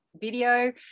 video